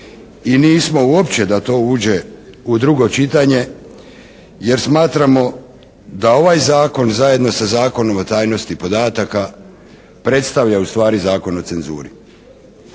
i nismo uopće da to uđe u drugo čitanje jer smatramo da ovaj zakon zajedno sa Zakonom o tajnosti podataka predstavlja ustvari Zakon o cenzuri.